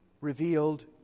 revealed